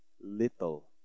Little